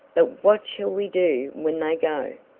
but what shall we do when they go?